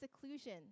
seclusion